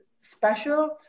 special